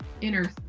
inner